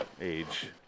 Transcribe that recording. age